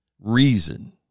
reason